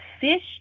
fish